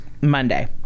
monday